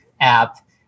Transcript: app